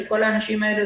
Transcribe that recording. של כל האנשים האלה,